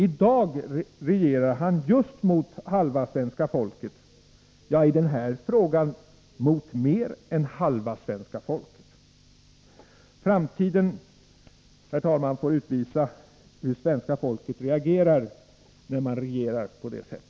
I dag regerar han just mot halva svenska folket — i den här frågan mot mer än halva svenska folket. Herr talman! Framtiden får utvisa hur svenska folket reagerar, när man regerar på detta sätt.